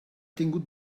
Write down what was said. tingut